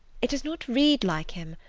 it does not read like him,